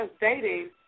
dating